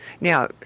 Now